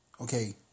okay